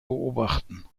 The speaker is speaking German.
beobachten